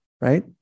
right